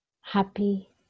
happy